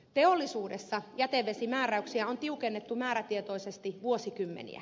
teollisuudessa jätevesimääräyksiä on tiukennettu määrätietoisesti vuosikymmeniä